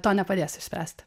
to nepadės išspręsti